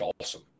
awesome